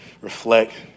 Reflect